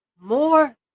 more